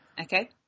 Okay